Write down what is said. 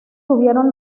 tuvieron